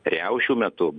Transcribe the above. riaušių metu